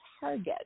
target